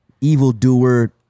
evildoer